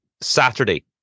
Saturday